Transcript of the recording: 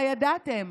הידעתם?